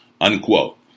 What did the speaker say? unquote